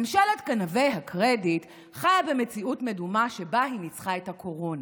ממשלת גנבי הקרדיט חיה במציאות מדומה שבה היא ניצחה את הקורונה.